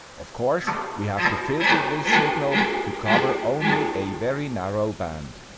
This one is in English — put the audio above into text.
of course, we have to filter this signal to cover only a very narrow band.